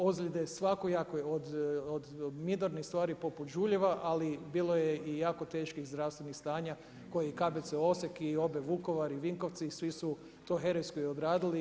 Ozljede svakojake od minornih stvari poput žuljeva, ali bilo je i jako teških zdravstvenih stanja koje KBC Osijek i OB Vukovar i Vinkovci svi su to herojski odradili.